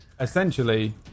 essentially